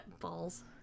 Balls